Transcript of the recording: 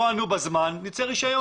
לא ענו בזמן, יצא רישיון.